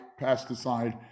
pesticide